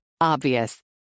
Obvious